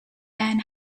and